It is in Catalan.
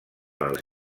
als